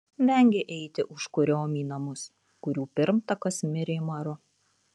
vengė eiti užkuriom į namus kurių pirmtakas mirė maru